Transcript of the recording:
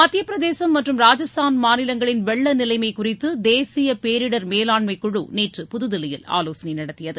மத்தியப்பிரதேசம் மற்றும் ராஜஸ்தான் மாநிலங்களின் வெள்ள நிலைமை குறித்து தேசிய பேரிடர் மேலாண்மைக்குழு நேற்று புதுதில்லியில் ஆலோசனை நடத்தியது